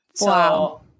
Wow